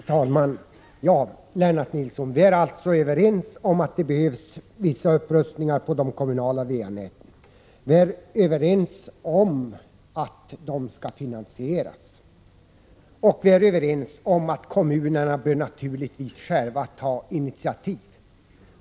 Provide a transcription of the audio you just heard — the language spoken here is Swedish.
Herr talman! Ja, Lennart Nilsson, vi är överens om att det behövs vissa upprustningar på de kommunala VA-näten. Vi är överens om att detta skall finansieras och att kommunerna själva skall ta initiativ.